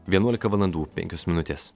vienuolika valandų penkios minutės